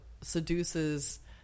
seduces